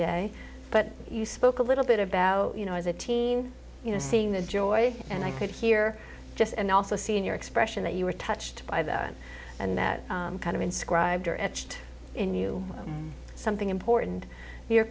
day but you spoke a little bit about you know as a teen you know seeing the joy and i could hear just and also seeing your expression that you were touched by that and that kind of inscribed are etched in you something important your